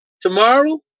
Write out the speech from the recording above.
tomorrow